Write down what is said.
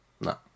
No